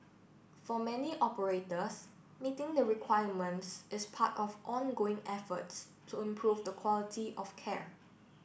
for many operators meeting the requirements is part of ongoing efforts to improve the quality of care